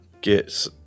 get